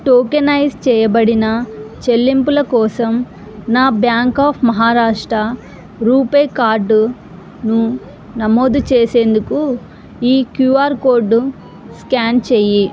tokenise చేయబడిన చెల్లింపుల కోసం నా బ్యాంక్ ఆఫ్ మహారాష్ట్ర రూపే కార్డును నమోదు చేసేందుకు ఈ క్యూఆర్ కోడ్ స్కాన్ చేయి